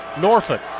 Norfolk